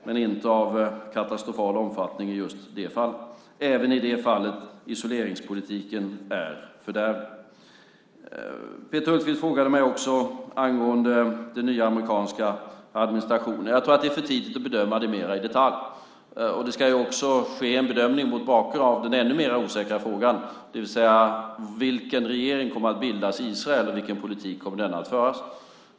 De var inte av katastrofal omfattning. Även i det fallet gäller att isoleringspolitiken är fördärvlig. Peter Hultqvist frågade mig om den nya amerikanska administrationen. Jag tror att det är för tidigt att bedöma detta mer i detalj. Det ska också göras en bedömning mot bakgrund av den än mer osäkra frågan om vilken regering som kommer att bildas i Israel och vilken politik denna kommer att föra.